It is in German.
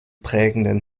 prägenden